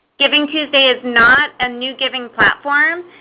givingtuesday is not a new giving platform,